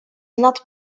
not